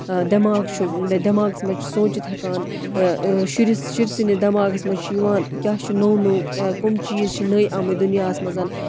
دٮ۪ماغ چھُ دٮ۪ماغَس منٛز چھِ سونٛچِتھ ہیٚکان شُرِس شُرۍ سٕنٛدِس دٮ۪ماغَس منٛز چھُ یِوان کیاہ چھُ نوٚو نوٚو کٕم چیٖز چھِ نٔے آمٕتۍ دُنیاہَس منٛز